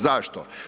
Zašto?